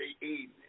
evening